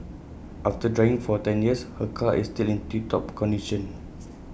after driving for ten years her car is still in tip top condition